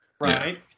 Right